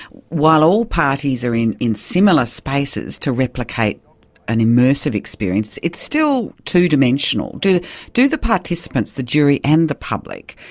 while all parties are in in similar spaces to replicate an immersive experience, it's still two-dimensional. do do the participants, the jury in and the public,